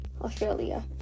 Australia